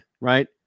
right